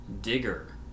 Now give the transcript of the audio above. Digger